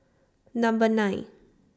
Number nine